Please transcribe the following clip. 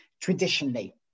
traditionally